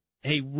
Hey